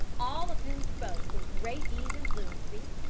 all of whom spoke with great ease and fluency,